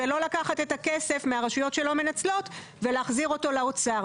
ולא לקחת את הכסף מהרשויות שלא מנצלות ולהחזיר אותו לאוצר.